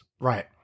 Right